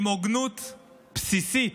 עם הוגנות בסיסית,